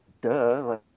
Duh